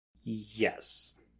Yes